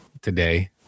today